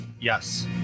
Yes